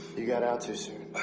you got out too soon.